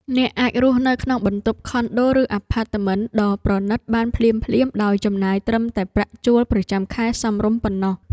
អ្នកអាចរស់នៅក្នុងបន្ទប់ខុនដូឬអាផាតមិនដ៏ប្រណីតបានភ្លាមៗដោយចំណាយត្រឹមតែប្រាក់ជួលប្រចាំខែសមរម្យប៉ុណ្ណោះ។